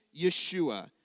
Yeshua